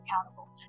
accountable